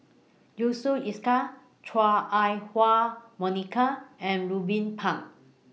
Yusof Ishak Chua Ah Huwa Monica and Ruben Pang